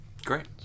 Great